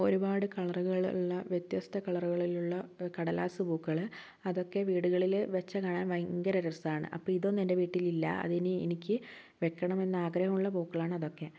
ഒരുപാട് കളറുകളുള്ള വ്യത്യസ്ത കളറുകളിലുള്ള കടലാസ് പൂക്കള് അതൊക്കെ വീടുകളില് വെച്ച് കാണാൻ ഭയങ്കര രസമാണ് അപ്പം ഇതൊന്നും എൻ്റെ വീട്ടിലില്ല അതിനി എനിക്ക് വെക്കണമെന്ന് ആഗ്രഹമുള്ള പൂക്കളാണ് അതൊക്കെ